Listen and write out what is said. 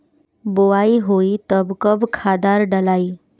बोआई होई तब कब खादार डालाई?